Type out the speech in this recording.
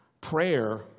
Prayer